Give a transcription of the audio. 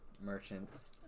merchants